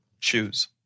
choose